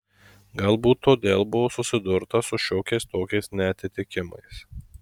galbūt todėl buvo susidurta su šiokiais tokiais neatitikimais